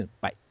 Bye